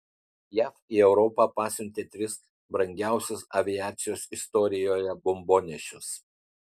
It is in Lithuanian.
jav į europą pasiuntė tris brangiausius aviacijos istorijoje bombonešius